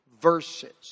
verses